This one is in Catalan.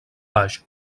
baix